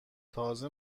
تازه